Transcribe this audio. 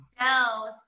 No